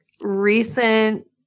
recent